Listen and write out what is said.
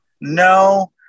No